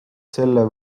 selle